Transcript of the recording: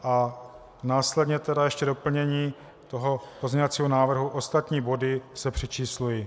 A následně tedy ještě doplnění toho pozměňovacího návrhu ostatní body se přečíslují.